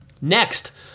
next